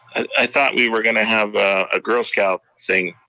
i thought we were gonna have a girl scout singing.